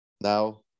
Now